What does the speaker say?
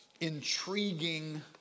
intriguing